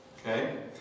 Okay